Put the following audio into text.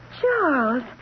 Charles